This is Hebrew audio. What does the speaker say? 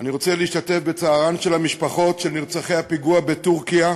רוצה להשתתף בצערן של המשפחות של נרצחי הפיגוע בטורקיה,